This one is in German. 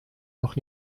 noch